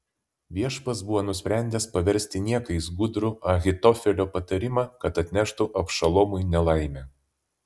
viešpats buvo nusprendęs paversti niekais gudrų ahitofelio patarimą kad atneštų abšalomui nelaimę